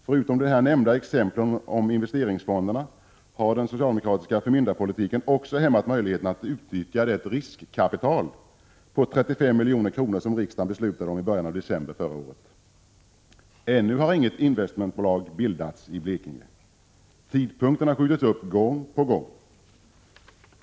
Förutom de nämnda exemplen beträffande investeringsfonderna har den socialdemokratiska förmyndarpolitiken också hämmat möjligheten att utnyttja det riskkapital på 35 milj.kr. som riksdagen beslutade om i början av december förra året. Ännu har inget investmentbolag bildats i Blekinge. Tidpunkten har skjutits upp gång på gång.